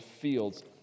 fields